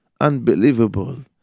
Unbelievable